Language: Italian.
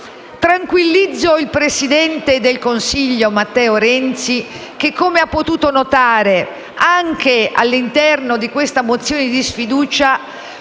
tranquillizzo il presidente del Consiglio Matteo Renzi che ha potuto notare che, all'interno di questa mozione di sfiducia,